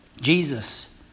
Jesus